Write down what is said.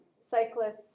cyclists